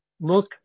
look